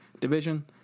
division